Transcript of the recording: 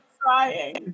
crying